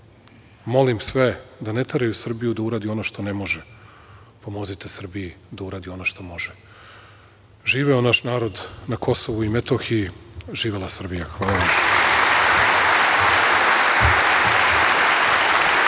Molim sve da ne teraju Srbiju da uradi ono što ne može. Pomozite Srbiji da uradi ono što može. Živeo naš narod na Kosovu i Metohiji. Živela Srbija. Hvala.